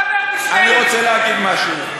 אני רוצה להגיד משהו.